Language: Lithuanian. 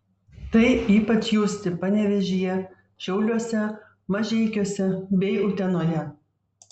tai ypač justi panevėžyje šiauliuose mažeikiuose bei utenoje